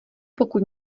pokud